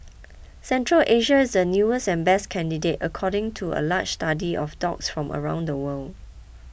Central Asia is the newest and best candidate according to a large study of dogs from around the world